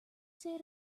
say